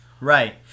Right